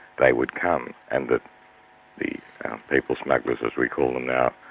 they would come, and that the people smugglers, as we call them now,